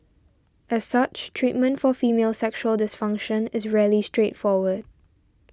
as such treatment for female sexual dysfunction is rarely straightforward